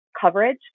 coverage